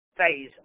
phase